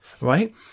right